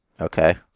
Okay